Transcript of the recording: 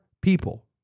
people